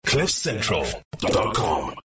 cliffcentral.com